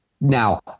now